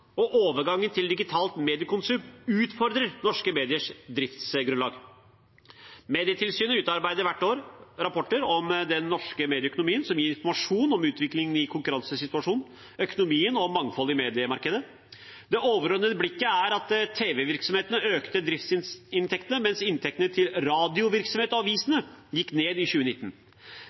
og overgangen til digitalt mediekonsum utfordrer norske mediers driftsgrunnlag. Medietilsynet utarbeider hvert år rapporter om den norske medieøkonomien, som gir informasjon om utviklingen i konkurransesituasjonen, økonomien og mangfoldet i mediemarkedet. Det overordnede bildet er at tv-virksomhetene økte driftsinntektene, mens inntektene til radiovirksomhetene og avisene gikk ned i 2019.